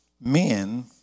men